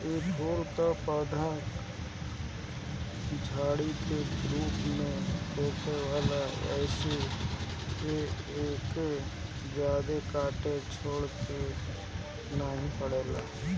इ फूल कअ पौधा झाड़ी के रूप में होखेला एही से एके जादा काटे छाटे के नाइ पड़ेला